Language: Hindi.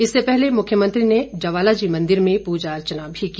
इससे पहले मुख्यमंत्री ने ज्वालाजी मंदिर में पूजा अर्चना भी की